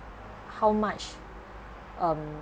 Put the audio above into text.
how much um